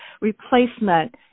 replacement